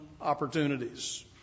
opportunities